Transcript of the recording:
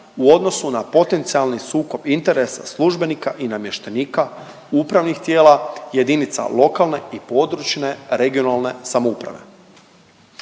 u odnosu na potencijalni sukob interesa službenika i namještenika upravnih tijela jedinica lokalne i područne (regionalne) samouprave.